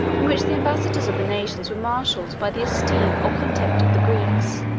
in which the ambassadors of the nations were marshalled by the esteem or contempt of the greeks